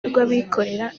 rw’abikorera